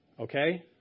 okay